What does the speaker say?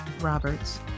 Roberts